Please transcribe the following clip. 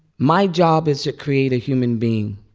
my job is to create a human being.